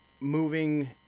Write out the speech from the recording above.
moving